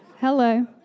Hello